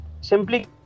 simply